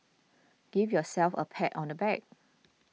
give yourselves a pat on the back